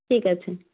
ঠিক আছে